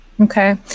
Okay